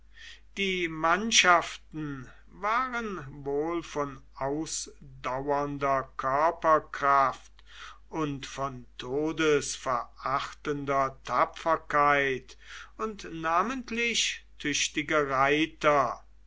die mannschaften waren wohl von ausdauernder körperkraft und von todesverachtender tapferkeit und namentlich tüchtige reiter